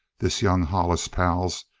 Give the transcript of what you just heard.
this young hollis, pals,